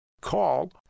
Call